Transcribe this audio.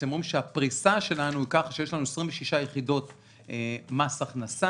אתם רואים שהפריסה שלנו היא ככה שיש לנו 26 יחידות מס הכנסה.